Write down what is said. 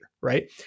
right